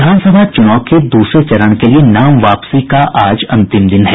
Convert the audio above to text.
विधानसभा चूनाव के दूसरे चरण के लिये नाम वापसी का आज अंतिम दिन है